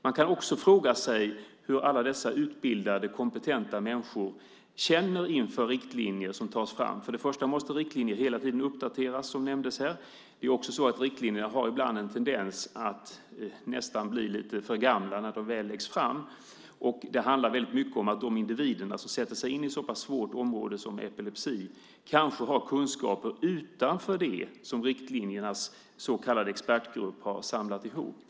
Man kan också fråga sig hur alla dessa utbildade, kompetenta människor känner inför riktlinjer som tas fram. Först och främst måste riktlinjer hela tiden uppdateras, som nämndes här. Det är också så att riktlinjerna har en tendens att nästan bli lite för gamla när de väl läggs fram. Det handlar väldigt mycket om att de individer som sätter sig in i ett så pass svårt område som epilepsi kanske har kunskaper utanför det som riktlinjernas så kallade expertgrupp har samlat ihop.